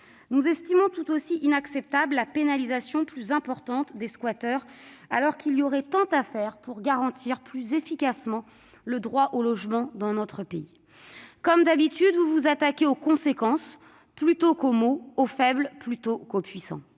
Nous estimons tout aussi inacceptable la pénalisation plus importante des squatteurs, alors qu'il y aurait tant à faire pour garantir plus efficacement le droit au logement. Comme d'habitude, vous vous attaquez aux conséquences plutôt qu'aux maux, aux faibles plutôt qu'aux puissants.